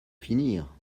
finir